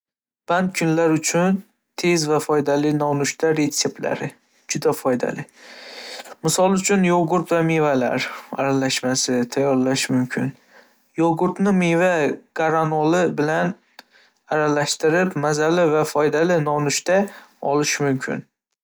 Band kunlar uchun tez va foydali nonushta retseptlari juda foydali. Misol uchun, yogurt va mevalar aralashmasi tayyorlash mumkin. Yogurtni meva va garanola bilan aralashtirib, mazali va foydali nonushta olish mumkin.